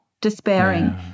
despairing